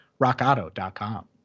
Rockauto.com